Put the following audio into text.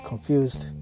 confused